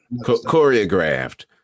choreographed